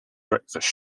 breakfast